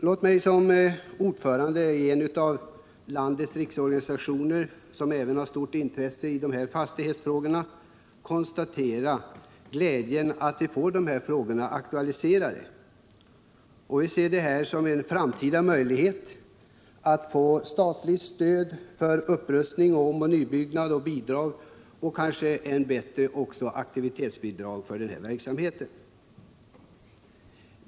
Låt mig som ordförande i en av landets riksorganisationer, som även har starka intressen i dessa fastighetsfrågor, konstatera att det är glädjande att dessa frågor aktualiserats. Vi ser detta som en framtida möjlighet till statligt stöd för upprustning, omoch nybyggnad och kanske också till aktivitetsbidrag för verksamheten.